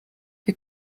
wir